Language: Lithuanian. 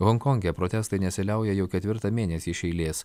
honkonge protestai nesiliauja jau ketvirtą mėnesį iš eilės